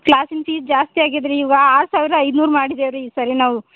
ಕ್ಲಾಸ್ಸಿನ fees ಜಾಸ್ತಿ ಆಗ್ಯದ ರೀ ಇವು ಆರು ಸಾವಿರ ಐದ್ನೂರು ಮಾಡಿದೇವು ರೀ ಈ ಸಲಿ ನಾವು